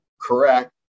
correct